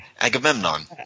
Agamemnon